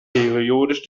periodisch